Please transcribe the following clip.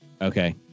Okay